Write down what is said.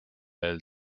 eel